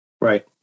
Right